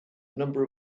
number